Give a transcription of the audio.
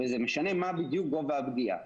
וזה משנה מה בדיוק גובה הגבייה.